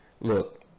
look